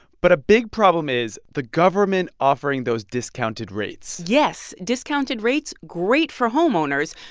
but a big problem is the government offering those discounted rates yes, discounted rates great for homeowners.